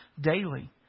daily